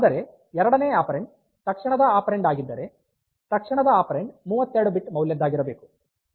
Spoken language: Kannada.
ಆದರೆ ಎರಡನೇ ಆಪೆರಾನ್ಡ್ ತಕ್ಷಣದ ಆಪೆರಾನ್ಡ್ ಆಗಿದ್ದರೆ ತಕ್ಷಣದ ಆಪೆರಾನ್ಡ್ 32 ಬಿಟ್ ಮೌಲ್ಯದ್ದಾಗಿರಬೇಕು